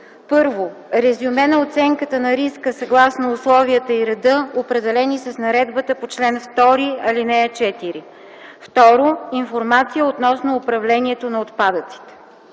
и: 1. резюме на оценката на риска съгласно условията и реда, определени с наредбата по чл. 2, ал. 4; 2. информация относно управлението на отпадъците.”